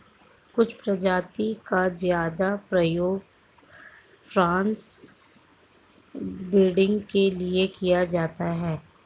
कुछ प्रजाति का ज्यादा प्रयोग क्रॉस ब्रीडिंग के लिए किया जाता है